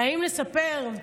האם לספר?